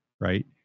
Right